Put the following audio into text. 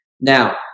Now